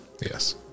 yes